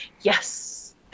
yes